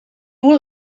will